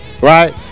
Right